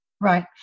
Right